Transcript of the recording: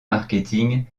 marketing